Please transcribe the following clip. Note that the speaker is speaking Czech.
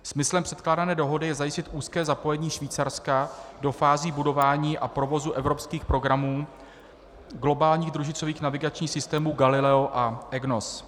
Smyslem předkládané dohody je zajistit úzké zapojení Švýcarska do fází budování a provozu evropských programů globálních družicových navigačních systémů Galileo a EGNOS.